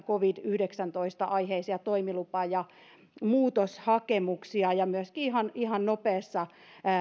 covid yhdeksäntoista aiheisia toimilupa ja muutoshakemuksia ja myöskin ihan ihan nopeassa